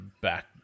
back